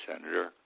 Senator